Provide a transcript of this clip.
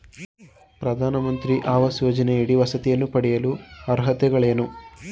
ಪ್ರಧಾನಮಂತ್ರಿ ಆವಾಸ್ ಯೋಜನೆಯಡಿ ವಸತಿಯನ್ನು ಪಡೆಯಲು ಅರ್ಹತೆಗಳೇನು?